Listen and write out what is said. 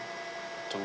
to